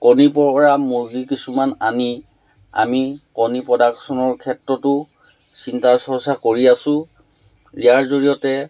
কণী পৰা মুৰ্গী কিছুমান আনি আমি কণী প্ৰডাকশ্যনৰ ক্ষেত্ৰতো চিন্তা চৰ্চা কৰি আছোঁ ইয়াৰ জৰিয়তে